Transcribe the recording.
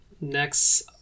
Next